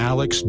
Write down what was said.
Alex